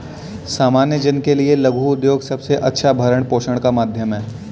सामान्य जन के लिये लघु उद्योग सबसे अच्छा भरण पोषण का माध्यम है